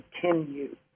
continue